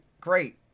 great